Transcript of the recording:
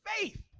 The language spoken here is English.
faith